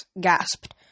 gasped